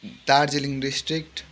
Darjeeling district